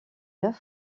neuf